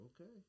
Okay